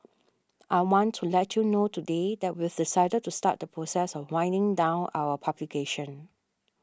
I want to let you know today that we've decided to start the process of winding down our publication